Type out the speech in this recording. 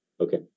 Okay